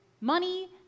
money